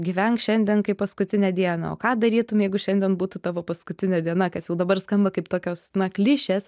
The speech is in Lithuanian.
gyvenk šiandien kaip paskutinę dieną o ką darytum jeigu šiandien būtų tavo paskutinė diena kas jau dabar skamba kaip tokios na klišės